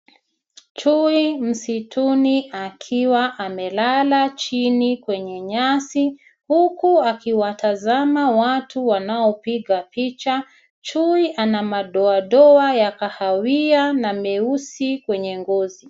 Chui msituni akiwa amelala chini kwenye nyasi. Huku akiwatazama watu wanaopiga picha, chui ana madoadoa ya kahawia na meusi kwenye ngozi.